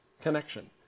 connection